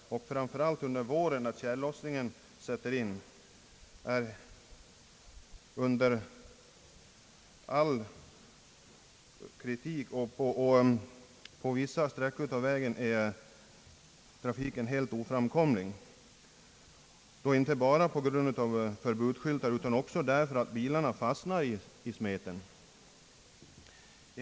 Framför allt under våren när tjällossningen sät ter in är vägen under all kritik och på vissa sträckor helt oframkomlig, inte bara på grund av förbudsskyltar utan också därför att bilarna fastnar i »smeten».